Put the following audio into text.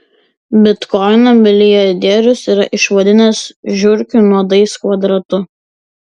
bitkoiną milijardierius yra išvadinęs žiurkių nuodais kvadratu